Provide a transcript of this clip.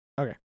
Okay